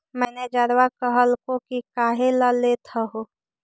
मैनेजरवा कहलको कि काहेला लेथ हहो?